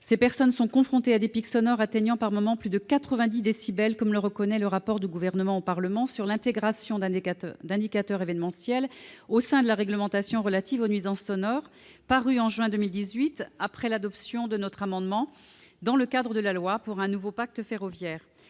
Ces personnes sont confrontées à des pics sonores atteignant, par moments, plus de 90 décibels, comme le reconnaît un rapport du Gouvernement remis au Parlement sur l'intégration d'indicateurs événementiels au sein de la réglementation relative aux nuisances sonores, paru en juin 2018, après l'adoption de notre amendement dans le cadre de la loi pour un nouveau pacte ferroviaire.